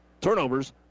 Turnovers